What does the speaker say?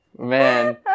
Man